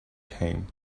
came